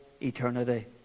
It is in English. eternity